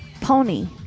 pony